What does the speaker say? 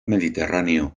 mediterráneo